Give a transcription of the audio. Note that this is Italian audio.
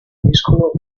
vescovo